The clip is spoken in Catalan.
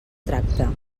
tracte